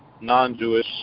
non-Jewish